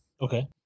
Okay